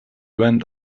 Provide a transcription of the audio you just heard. went